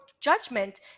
judgment